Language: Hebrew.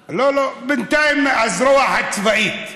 לא, לא, בינתיים, הזרוע הצבאית.